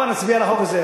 הבה נצביע על החוק הזה,